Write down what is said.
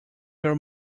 your